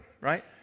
right